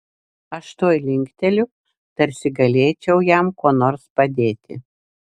aš tuoj linkteliu tarsi galėčiau jam kuo nors padėti